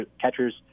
catchers